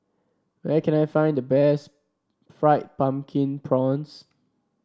where can I find the best Fried Pumpkin Prawns